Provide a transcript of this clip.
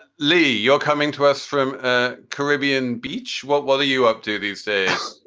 lee, you're coming to us from a caribbean beach. what what are you up to these days?